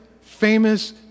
famous